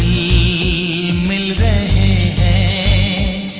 e a